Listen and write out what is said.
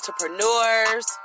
entrepreneurs